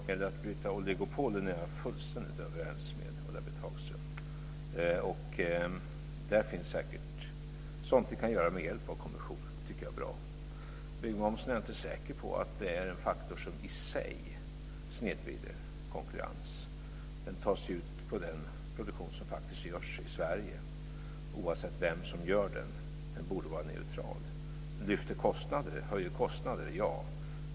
Fru talman! När det gäller att bryta oligopolen är jag fullständigt överens med Ulla-Britt Hagström. Där finns säkert sådant vi kan göra med hjälp av kommissionen. Jag är inte säker på att byggmomsen är en faktor som i sig snedvrider konkurrens. Den tas ju ut på den produktion som faktist görs i Sverige, oavsett vem som gör den. Byggmomsen borde vara neutral. Den höjer kostnader, ja.